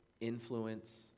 influence